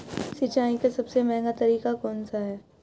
सिंचाई का सबसे महंगा तरीका कौन सा है?